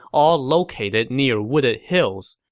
all located near wooded hills.